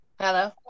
Hello